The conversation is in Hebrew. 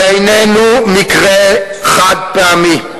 זה איננו מקרה חד-פעמי.